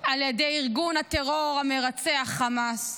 על ידי ארגון הטרור המרצח חמאס,